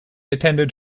attended